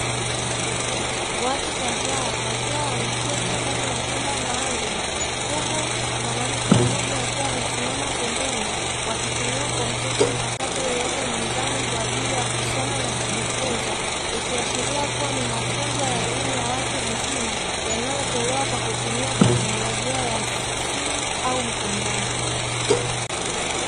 Watu kadhaa wakiwa wameketi ndani ya chumba maalumu, huku mwanamke mmoja akiwa amesimama pembeni, wakitumia kompyuta mpakato iliyoko mezani kwa ajili ya kusoma na kujifunza, ikiashiria kuwa ni mafunzo ya watu wazima, yanayotolewa kwa kutumia teknolojia ya simu au mtandao.